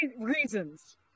reasons